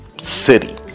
city